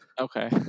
okay